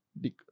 Dick